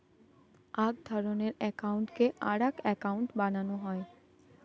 আক ধরণের একউন্টকে আরাক একউন্ট বানানো হই